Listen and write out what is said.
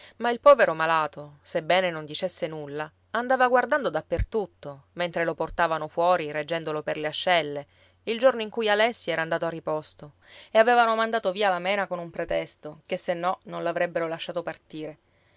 ma il povero malato sebbene non dicesse nulla andava guardando dappertutto mentre lo portavano fuori reggendolo per le ascelle il giorno in cui alessi era andato a riposto e avevano mandato via la mena con un pretesto che se no non l'avrebbero lasciato partire